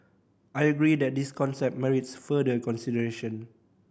I agree that this concept merits further consideration